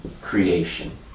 creation